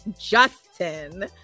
Justin